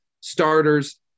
starters